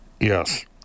Yes